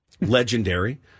legendary